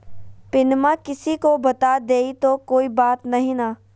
पिनमा किसी को बता देई तो कोइ बात नहि ना?